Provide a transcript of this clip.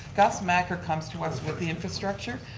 gus macker comes to us with the infrastructure.